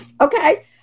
Okay